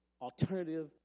alternative